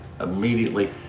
immediately